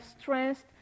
stressed